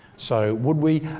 so would we,